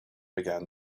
began